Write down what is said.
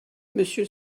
monsieur